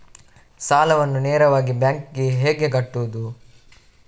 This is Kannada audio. ಸಾಲವನ್ನು ನೇರವಾಗಿ ಬ್ಯಾಂಕ್ ಗೆ ಹೇಗೆ ಕಟ್ಟಬೇಕು?